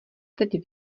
teď